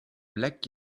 black